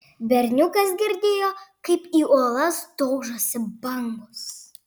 berniukas girdėjo kaip į uolas daužosi bangos